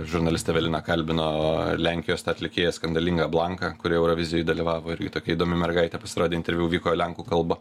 žurnalistė evelina kalbino lenkijos tą atlikėją skandalingą blanką kuri eurovizijoj dalyvavo irgi tokia įdomi mergaitė pasirodė interviu vyko lenkų kalba